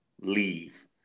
Leave